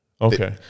Okay